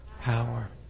Power